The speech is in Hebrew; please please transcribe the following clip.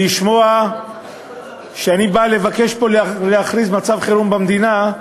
לשמוע שאני בא לבקש פה להכריז מצב חירום במדינה,